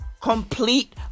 Complete